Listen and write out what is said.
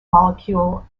molecule